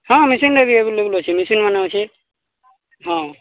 ହଁ ମେସିନ୍ ବି ଆଭେଲେବଲ ଅଛେ ମେସିନ୍ ମାନ ଅଛି ହଁ